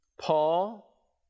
Paul